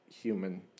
human